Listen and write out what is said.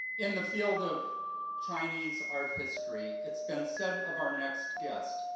in the field of chinese art history, it's been said of our next guest,